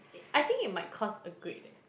it I think it might cost a grade eh